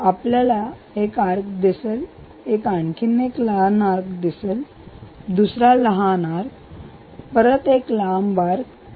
आपल्याला एक आर्क दिसेल एक लहान आर्क आणि दुसरा लहान आर्क आणि परत लांब आर्क सह